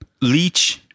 leech